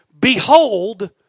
behold